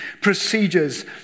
procedures